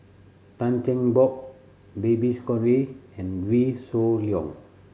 Tan Cheng Bock Babes Conde and Wee Shoo Leong